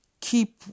keep